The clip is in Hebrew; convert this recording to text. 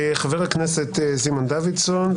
חבר הכנסת סימון דוידסון.